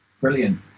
Brilliant